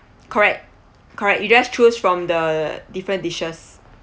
correct correct you just choose from the different dishes